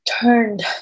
turned